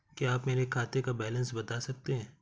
क्या आप मेरे खाते का बैलेंस बता सकते हैं?